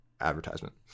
advertisement